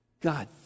God